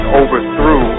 overthrew